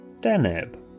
Deneb